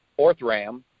Orthram